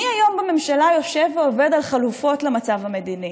מי היום בממשלה יושב ועובד על חלופות למצב המדיני?